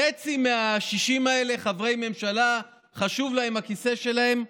חצי מה-60 האלה חברי ממשלה, חשוב להם הכיסא שלהם.